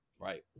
Right